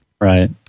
Right